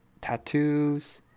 tattoos